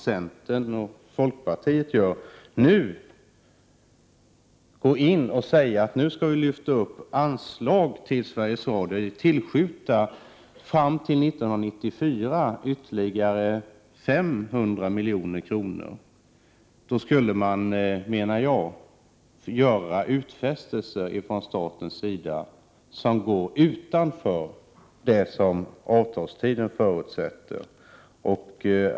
Centern och folkpartiet uttalar nu att vi fram till 1994 skall tillskjuta ytterligare 500 milj.kr. Då skulle man från statens sida göra utfästelser som går utanför avtalstiden.